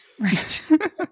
Right